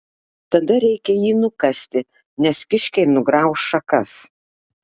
tada reikia jį nukasti nes kiškiai nugrauš šakas